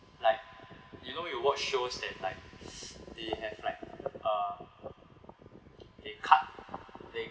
like you know you watch shows that like they have like uh they cut they